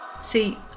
see